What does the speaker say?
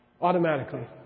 Automatically